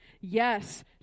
Yes